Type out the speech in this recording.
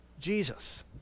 Jesus